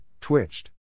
twitched